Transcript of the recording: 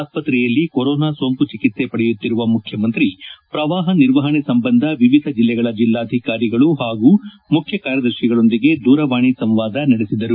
ಆಸ್ತ್ರೆಯಲ್ಲಿ ಕೊರೋನಾ ಸೋಂಕು ಚಕಿತ್ನೆ ಪಡೆಯುತ್ತಿರುವ ಮುಖ್ಯಮಂತ್ರಿ ಪ್ರವಾಪ ನಿರ್ವಹಣೆ ಸಂಬಂಧ ವಿವಿಧ ಜಿಲ್ಲೆಗಳ ಜಿಲ್ಲಾಧಿಕಾರಿಗಳು ಹಾಗೂ ಮುಖ್ಯಕಾರ್ಯದರ್ಶಿಗಳೊಂದಿಗೆ ದೂರವಾಣಿ ಸಂವಾದ ನಡೆಸಿದರು